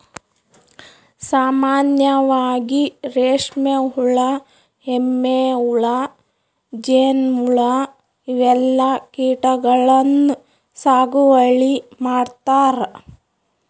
ಸಾಮಾನ್ಯವಾಗ್ ರೇಶ್ಮಿ ಹುಳಾ, ಎಮ್ಮಿ ಹುಳಾ, ಜೇನ್ಹುಳಾ ಇವೆಲ್ಲಾ ಕೀಟಗಳನ್ನ್ ಸಾಗುವಳಿ ಮಾಡ್ತಾರಾ